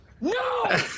No